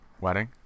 wedding